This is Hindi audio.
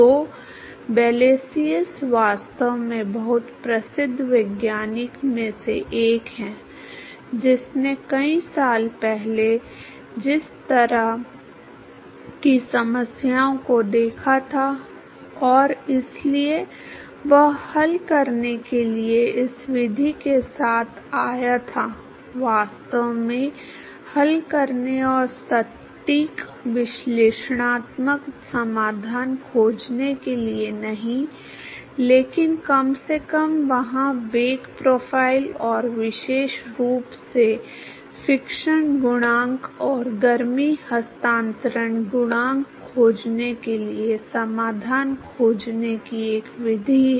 तो ब्लैसियस वास्तव में बहुत प्रसिद्ध वैज्ञानिकों में से एक है जिसने कई साल पहले इस तरह की समस्याओं को देखा था और इसलिए वह हल करने के लिए इस विधि के साथ आया था वास्तव में हल करने और सटीक विश्लेषणात्मक समाधान खोजने के लिए नहीं लेकिन कम से कम वहां वेग प्रोफ़ाइल और विशेष रूप से फिक्शन गुणांक और गर्मी हस्तांतरण गुणांक खोजने के लिए समाधान खोजने की एक विधि है